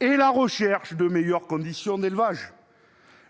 et la recherche de meilleures conditions d'élevage.